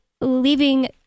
leaving